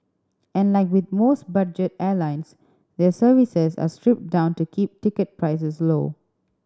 and like with most budget airlines their services are stripped down to keep ticket prices low